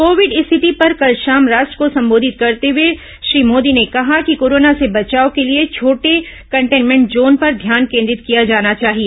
Covid स्थिति पर कल शाम राष्ट्र को संबोधित करते हुए श्री मोदी ने कहा कि कोरोना से बचाव के लिए छोटे कंटेनमेंट जोन पर ध्यान केन्द्रित किया जाना चाहिए